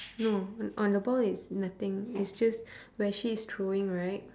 no on the ball is nothing it's just where she is throwing right